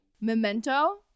Memento